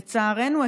לצערנו,